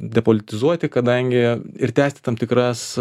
depolitizuoti kadangi ir tęst tam tikras